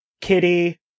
Kitty